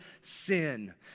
sin